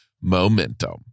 momentum